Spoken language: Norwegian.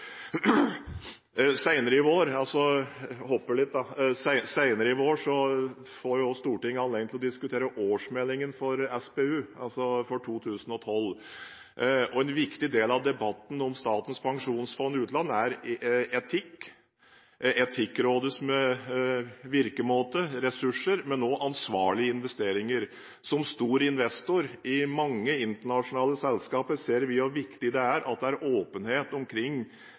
i vår får Stortinget også anledning til å diskutere årsmeldingen for Statens pensjonsfond utland for 2012. En viktig del av debatten om Statens pensjonsfond utland er etikk – Etikkrådets virkemåte, ressurser, men også ansvarlige investeringer. Som stor investor i mange internasjonale selskaper ser vi hvor viktig det er at det er åpenhet i selskaper omkring